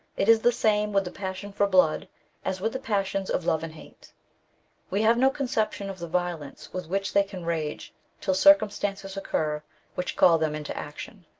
it is the same with the passion for blood as with the passions of love and hate we have no conception of the violence with which they can rage till circumstances occur which call them into action.